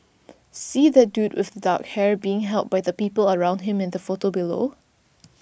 see that dude with the dark hair being helped by the people around him in the photo below